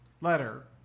Letter